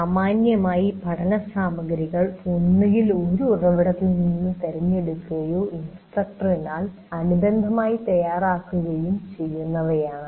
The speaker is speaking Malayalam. സാമാന്യമായി പഠനസാമഗ്രികൾ ഒന്നുകിൽ ഒരു ഉറവിടത്തിൽ നിന്ന് തിരഞ്ഞെടുക്കുകയോ ഇൻസ്ട്രക്ടറിനാൽ അനുബന്ധമായി തയ്യാറാക്കുകയും ചെയ്യുന്നവയാണ്